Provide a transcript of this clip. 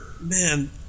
Man